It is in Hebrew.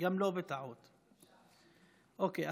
אוקיי,